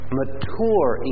mature